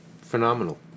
phenomenal